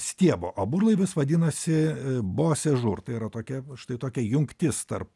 stiebo o burlaivis vadinosi bosežūr tai yra tokia va štai tokia jungtis tarp